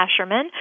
Asherman